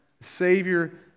Savior